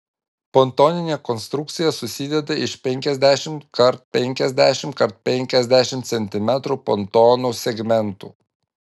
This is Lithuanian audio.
pontoninė konstrukcija susideda iš penkiasdešimt kart penkiasdešimt kart penkiasdešimt centimetrų pontonų segmentų